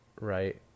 right